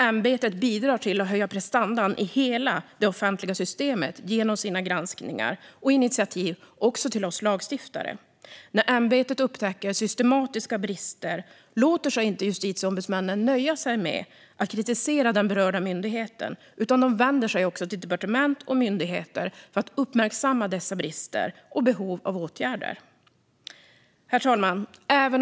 Ämbetet bidrar till att höja prestandan i hela det offentliga systemet genom sina granskningar och initiativ också till oss lagstiftare. När ämbetet upptäcker systematiska brister nöjer sig justitieombudsmännen inte med att kritisera den berörda myndigheten utan vänder sig också till departement och myndigheter för att uppmärksamma dessa brister och behovet av åtgärder. Herr talman!